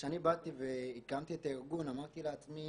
כשאני באתי והקמתי את הארגון אמרתי לעצמי